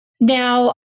Now